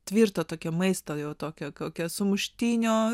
tvirto tokio maisto jau tokia kokio sumuštinio